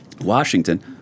Washington